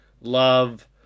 love